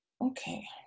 okay